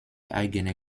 eigene